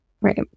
right